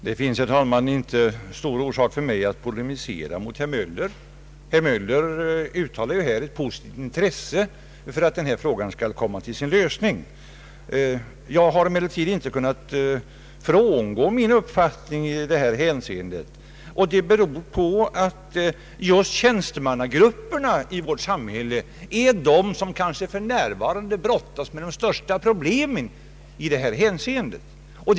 Herr talman! Det finns inte någon större anledning för mig att polemisera mot herr Möller. Han uttalar ett positivt intresse för att denna fråga skall komma till sin lösning. Jag har emellertid inte kunnat frångå min uppfattning i detta hänseende, vilket beror på att just tjänstemannagrupperna i vårt samhälle är de som för närvarande brottas med de kanske största problemen här i dag.